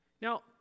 Now